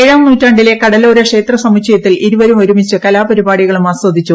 ഏഴാം നൂറ്റാണ്ടിലെ കടലോര ക്ഷേത്രസമുച്ചയത്തിൽ ഇരുവരും ഒരുമിച്ച് കലാപരിപാടികളും ആസ്വദിച്ചു